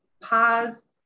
pause